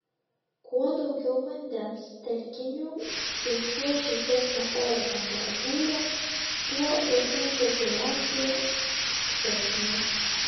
kuo daugiau vandens telkinių ir kuo šiltesnė oro temperatūra tuo uodų populiacija gausesnė